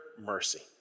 mercy